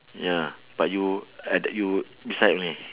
ya but you at uh you beside me